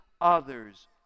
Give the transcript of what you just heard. others